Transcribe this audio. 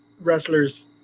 wrestlers